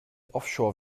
offshore